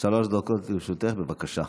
דקות לרשותך, בבקשה.